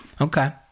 Okay